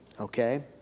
Okay